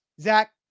Zach